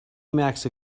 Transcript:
emacs